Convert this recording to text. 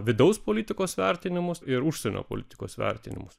vidaus politikos vertinimus ir užsienio politikos vertinimus